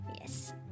Yes